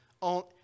on